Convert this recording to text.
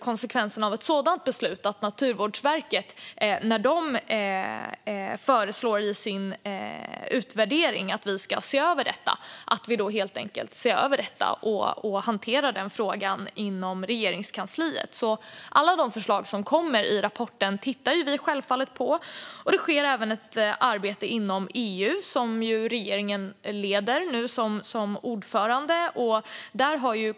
Konsekvenserna av ett sådant beslut och av att Naturvårdsverket i sin utvärdering föreslår att vi ser över detta blir helt enkelt att vi ser över detta och hanterar frågan inom Regeringskansliet. Alla de förslag som kommer i rapporten tittar vi självfallet på. Det sker även ett arbete inom EU som regeringen leder som ordförande.